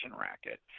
racket